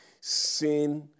sin